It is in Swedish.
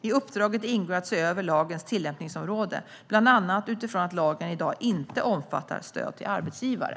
I uppdraget ingår att se över lagens tillämpningsområde, bland annat utifrån att lagen i dag inte omfattar stöd till arbetsgivare.